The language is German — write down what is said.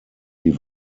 die